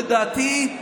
לדעתי,